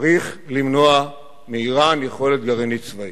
צריך למנוע מאירן יכולת גרעינית צבאית.